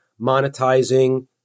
monetizing